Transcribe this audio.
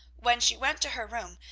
when she went to her room,